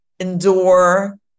endure